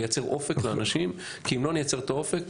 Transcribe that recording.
לייצר אופק לאנשים כי אם לא נייצר את האופק,